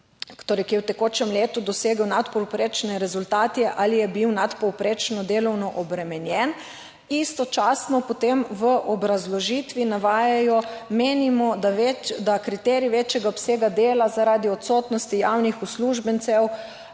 ki je v tekočem letu dosegel nadpovprečne rezultate ali je bil nadpovprečno delovno obremenjen, istočasno potem v obrazložitvi navajajo: Menimo, da kriterij večjega obsega dela, zaradi odsotnosti javnih uslužbencev